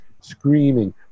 screaming